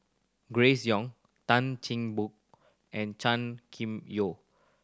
Grace Young Tan Cheng Bock and Chan Kim Yeow